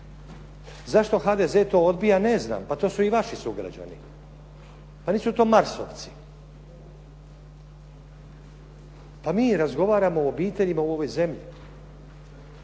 Zašto HDZ to odbija, ne znam, pa to su i vaši sugrađani. Pa nisu to Marsovci. Pa mi razgovaramo o obiteljima u ovoj zemlji.